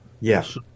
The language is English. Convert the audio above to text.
yes